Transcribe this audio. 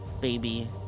baby